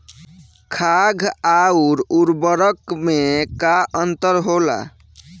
खाद्य आउर उर्वरक में का अंतर होला?